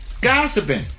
Gossiping